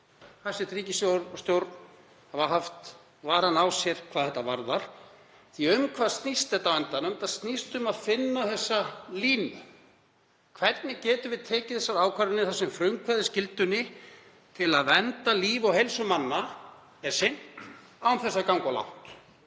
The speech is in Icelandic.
hæstv. ríkisstjórn hafa haft varann á sér hvað þetta varðar. Því að um hvað snýst þetta á endanum? Þetta snýst um að finna þessa línu. Hvernig getum við tekið þessar ákvarðanir þar sem frumkvæðisskyldunni til að vernda líf og heilsu manna er sinnt án þess að ganga of langt?